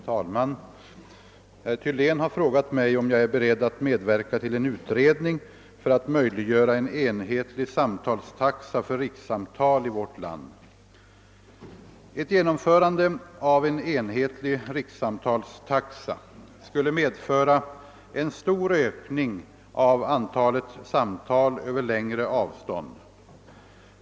Herr talman! Herr Thylén har frågat mig om jag är beredd att medverka till en utredning för att möjliggöra en enhetlig samtalstaxa för rikssamtal i vårt land. Ett genomförande av en enhetlig rikssamtalstaxa skulle medföra en stor ökning av antalet samtal över längre avstånd.